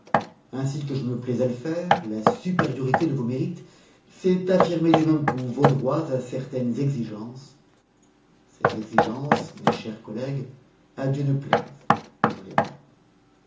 ainsi que je me plais à le faire la supériorité de vos mérites c'est affirmer du même coup vos droits à certaines exigences ces exigences mes chers collègues à dieu ne plaise que je les blâme